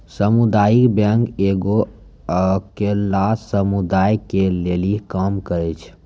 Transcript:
समुदायिक बैंक एगो अकेल्ला समुदाय के लेली काम करै छै